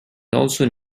also